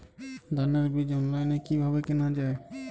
ধানের বীজ অনলাইনে কিভাবে কেনা যায়?